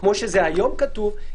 כמו שזה כתוב היום,